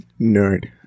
nerd